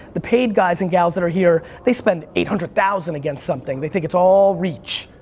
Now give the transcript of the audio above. the paid guys and gals that are here they spend eight hundred thousand against something, they think it's all reach,